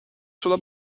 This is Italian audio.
sulla